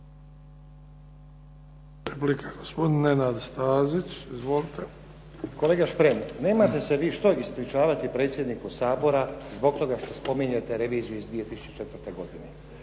Replika, gospodin Nenad Stazić. Izvolite. **Stazić, Nenad (SDP)** Kolega Šprem, nemate se vi što ispričavati predsjedniku Sabora zbog toga što spominjete reviziju iz 2004. godine.